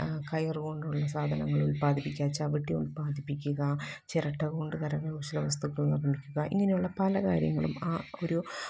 കയറുകൊണ്ടുള്ള സാധനങ്ങള് ഉല്പ്പാദിപ്പിക്കുക ചവിട്ടി ഉല്പ്പാദിപ്പിക്കുക ചിരട്ട കൊണ്ട് കരകൗശല വസ്തുക്കള് നിര്മ്മിക്കുക ഇങ്ങനെയുള്ള പല കാര്യങ്ങളും ആ ഒരു